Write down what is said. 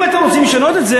אם אתם רוצים לשנות את זה,